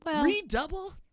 redouble